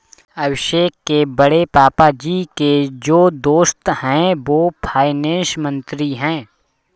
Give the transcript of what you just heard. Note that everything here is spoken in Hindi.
अभिषेक के बड़े पापा जी के जो दोस्त है वो फाइनेंस मंत्री है